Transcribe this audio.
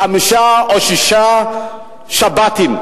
חמישה או שישה שב"תים,